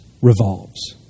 revolves